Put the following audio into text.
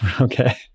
Okay